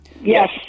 Yes